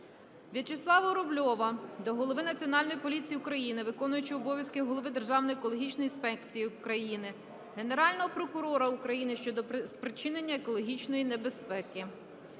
Вячеслава Рубльова до голови Національної поліції України, виконуючого обов'язки голови Державної екологічної інспекції України, Генерального прокурора України щодо спричинення екологічної небезпеки.